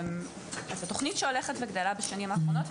אז זאת תוכנית שהולכת וגדלה בשנים האחרונות,